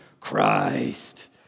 Christ